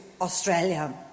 Australia